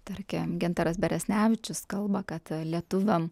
tarkim gintaras beresnevičius kalba kad lietuviam